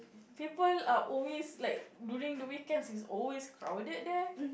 people are always like during the weekends it's always crowded there